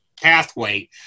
pathway